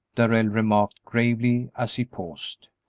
darrell remarked, gravely, as she paused.